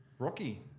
Rocky